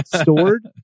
stored